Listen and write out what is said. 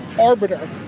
arbiter